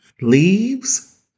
leaves